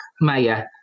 Maya